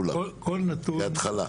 בהתחלה.